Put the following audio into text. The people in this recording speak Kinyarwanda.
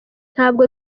ntabwo